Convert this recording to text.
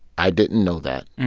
i didn't know that,